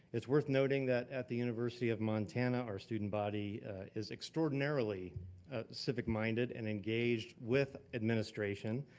it's worth noting that at the university of montana, our student body is extraordinarily civic minded and engaged with administration,